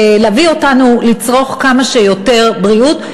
להביא אותנו לצרוך כמה שיותר ביטוחי בריאות.